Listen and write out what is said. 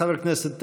חבר הכנסת טסלר,